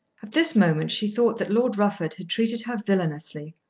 at this moment she thought that lord rufford had treated her villainously,